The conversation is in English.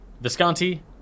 Visconti